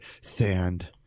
sand